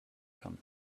kamen